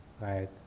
right